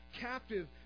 captive